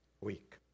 week